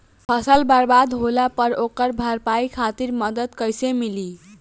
फसल बर्बाद होला पर ओकर भरपाई खातिर मदद कइसे मिली?